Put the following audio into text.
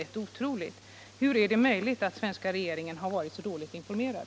Än en gång — hur är det möjligt att svenska regeringen har varit så dåligt informerad?